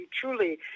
truly